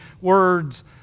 words